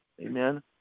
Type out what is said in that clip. Amen